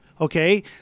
Okay